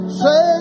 say